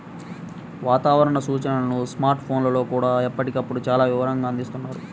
వాతావరణ సూచనలను స్మార్ట్ ఫోన్లల్లో కూడా ఎప్పటికప్పుడు చాలా వివరంగా అందిస్తున్నారు